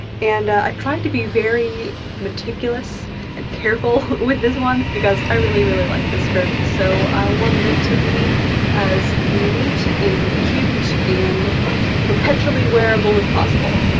and i've tried to be very meticulous and careful with this one because i really, really like this skirt, so i wanted it to be as neat and cute and perpetually wearable as possible.